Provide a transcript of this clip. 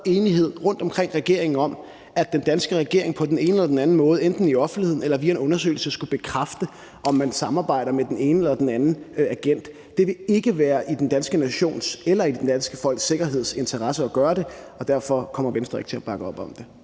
enighed rundt omkring regeringen om, at den danske regering på den ene eller den anden måde enten i offentligheden eller via en undersøgelse skulle bekræfte, om man samarbejder med den ene eller den anden agent. Det vil ikke være i den danske nations eller i det danske folks sikkerheds interesse at gøre det, og derfor kommer Venstre ikke til at bakke op om det.